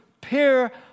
peer